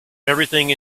everything